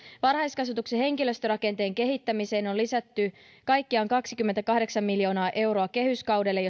varhaiskasvatuksen henkilöstörakenteen kehittämiseen on lisätty kaikkiaan kaksikymmentäkahdeksan miljoonaa euroa kehyskaudelle